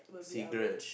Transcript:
cigarette